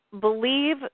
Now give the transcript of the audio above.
believe